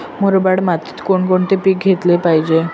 मुरमाड मातीत कोणकोणते पीक घेतले पाहिजे?